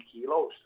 kilos